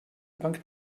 bank